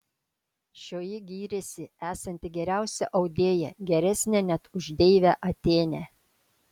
šioji gyrėsi esanti geriausia audėja geresnė net už deivę atėnę